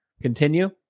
continue